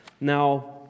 Now